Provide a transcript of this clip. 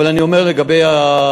אבל אני אומר לגבי המכה,